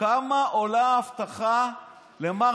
כמה עולה האבטחה למר